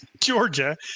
Georgia